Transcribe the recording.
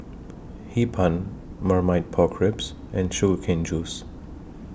Hee Pan Marmite Pork Ribs and Sugar Cane Juice